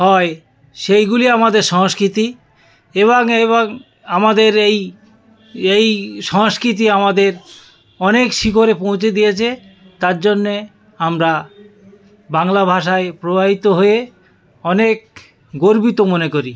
হয় সেইগুলি আমাদের সংস্কৃতি এবং এইবং আমাদের এই এই সংস্কৃতি আমাদের অনেক শিখরে পৌঁছে দিয়েছে তার জন্যে আমরা বাংলা ভাষায় প্রবাহিত হয়ে অনেক গর্বিত মনে করি